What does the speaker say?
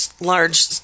large